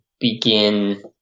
begin